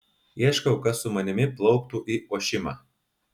ieškau kas su manimi plauktų į ošimą